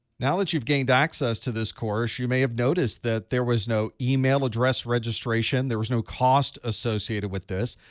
now that you've gained access to this course, you may have noticed that there was no email address registration. there was no cost associated with this.